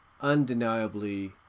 undeniably